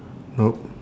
no